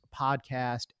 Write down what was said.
podcast